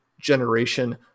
generation